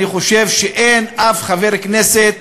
אני חושב שאין אף חבר כנסת